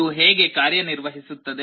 ಇದು ಹೇಗೆ ಕಾರ್ಯನಿರ್ವಹಿಸುತ್ತದೆ